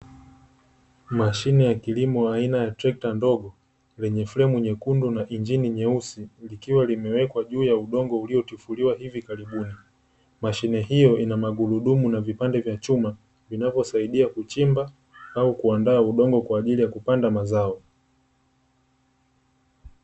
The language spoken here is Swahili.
Mashine ya kilimo aina ya trekta ndogo lenye fremu nyekundu na injini nyeusi, lilkiwa imewekwa juu ya udongo uliotifuliwa hivi karibuni. Mashine hiyo ina magurudumu na vipande vya chuma vinavyosaidia kuchimba, au kuandaa udongo kwa ajili ya kupanda mazao.